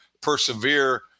persevere